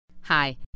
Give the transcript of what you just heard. Hi